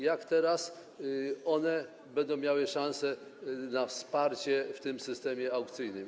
Jaką teraz one będą miały szansę na wsparcie w tym systemie aukcyjnym?